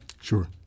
Sure